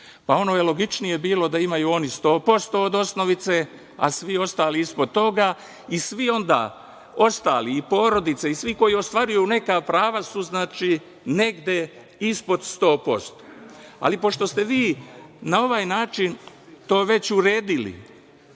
Pa ono je logičnije bilo da oni imaju 100% od osnovice, a svi ostali ispod toga i svi onda ostali, porodica i svi ostali, koji ostvaruju neka prava su negde ispod 100%. Ali, pošto ste vi na ovaj način to već uredili,